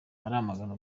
aramagana